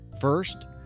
First